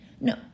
No